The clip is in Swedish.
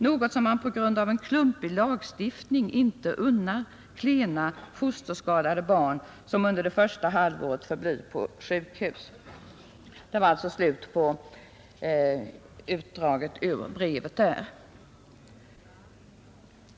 Något som man på grund av en klumpig lagstiftning inte unnar klena, fosterskadade barn, som under det första halvåret förblir på sjukhus.” Här slutar utdraget ur brevet.